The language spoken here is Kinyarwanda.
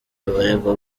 abaregwa